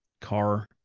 car